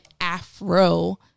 Afro